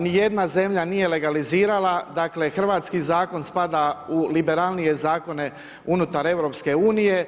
Ni jedna zemlja nije legalizirala, dakle, hrvatski zakon spada u liberalnije zakone unutar EU.